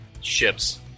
ships